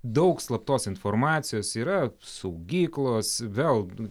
daug slaptos informacijos yra saugyklos vėl